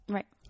Right